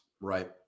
Right